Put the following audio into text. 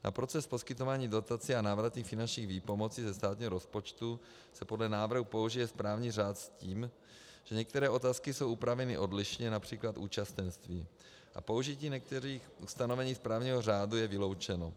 Na proces poskytování dotací a návratných finančních výpomocí ze státního rozpočtu se podle návrhu použije správní řád s tím, že některé otázky jsou upraveny odlišně, například účastenství, a použití některých ustanovení správního řádu je vyloučeno.